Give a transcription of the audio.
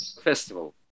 festival